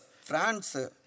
France